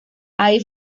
ahí